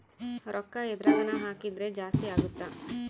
ರೂಕ್ಕ ಎದ್ರಗನ ಹಾಕಿದ್ರ ಜಾಸ್ತಿ ಅಗುತ್ತ